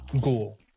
ghoul